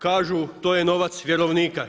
Kažu, to je novac vjerovnika.